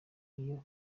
iyo